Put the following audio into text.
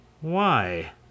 Why